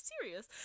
serious